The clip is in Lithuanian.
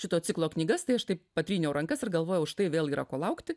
šito ciklo knygas tai aš taip patryniau rankas ir galvojau štai vėl yra ko laukti